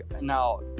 now